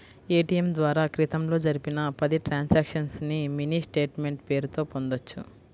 ATM ద్వారా క్రితంలో జరిపిన పది ట్రాన్సక్షన్స్ ని మినీ స్టేట్ మెంట్ పేరుతో పొందొచ్చు